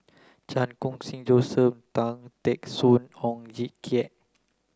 Chan Khun Sing Joseph Tan Teck Soon Oon Jin Teik